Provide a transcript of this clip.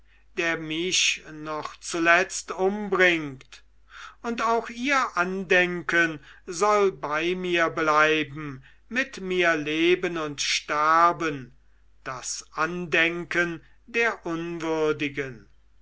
der mich noch zuletzt umbringt und auch ihr andenken soll bei mir bleiben mit mir leben und sterben das andenken der unwürdigen